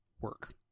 work